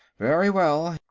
very well.